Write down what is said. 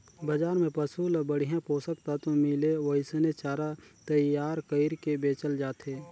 बजार में पसु ल बड़िहा पोषक तत्व मिले ओइसने चारा तईयार कइर के बेचल जाथे